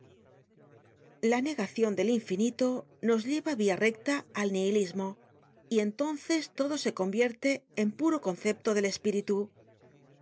la negacion del infinito nos lleva via recta al nihilismo y entonces todo se convierte ten un puro concepto del espíritu